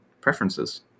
preferences